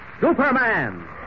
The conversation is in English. Superman